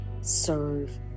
serve